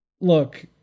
look